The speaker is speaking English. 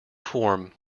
form